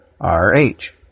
R-H